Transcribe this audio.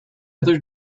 other